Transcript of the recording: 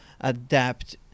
adapt